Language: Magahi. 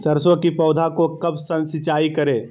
सरसों की पौधा को कब सिंचाई करे?